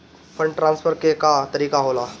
Fund transfer के का तरीका होला?